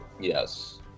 Yes